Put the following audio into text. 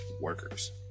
workers